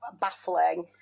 baffling